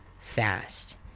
fast